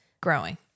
Growing